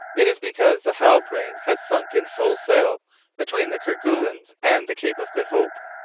it is because the halbrane has sunk in full sail between the kerguelens and the cape of good hope.